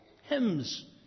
hymns